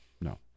No